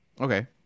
Okay